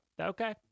Okay